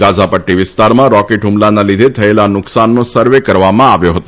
ગાઝાપટ્ટી વિસ્તારમાં રોકેટ હ્મલાના લીધે થયેલા નુકશાનનો સર્વે કરવામાં આવ્યો હતો